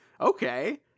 okay